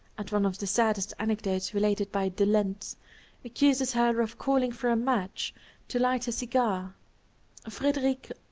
and one of the saddest anecdotes related by de lenz accuses her of calling for a match to light her cigar frederic,